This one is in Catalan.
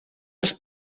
als